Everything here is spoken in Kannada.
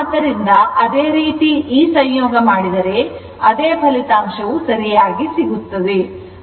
ಆದ್ದರಿಂದ ಅದೇ ರೀತಿ ಈ ಸಂಯೋಗ ಮಾಡಿದರೆ ಅದೇ ಫಲಿತಾಂಶವು ಸರಿಯಾಗಿ ಸಿಗುತ್ತದೆ